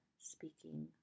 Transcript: speaking